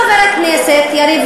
חבר הכנסת יריב,